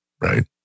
right